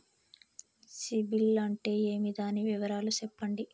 సిబిల్ అంటే ఏమి? దాని వివరాలు సెప్పండి?